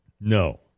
No